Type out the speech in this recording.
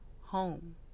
home